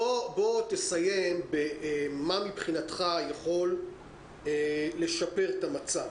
תסיים מה מבחינתך יכול לשפר את המצב?